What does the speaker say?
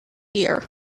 year